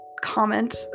comment